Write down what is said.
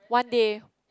one day